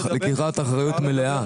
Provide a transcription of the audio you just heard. לקיחת אחריות מלאה.